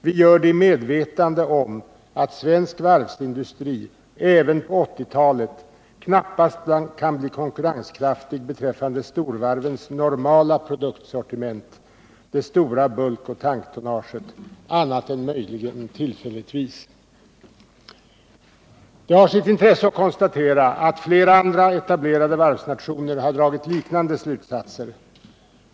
Vi gör det i medvetande om att svensk varvsindustri även på 1980 talet knappast kan bli konkurrenskraftig beträffande storvarvens normala produktsortiment, det stora bulkoch tanktonnaget, annat än möjligen tillfälligtvis. Det har sitt intresse att konstatera att flera andra etablerade varvsnationer har dragit liknande slutsatser.